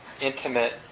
intimate